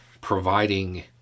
providing